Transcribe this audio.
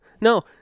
no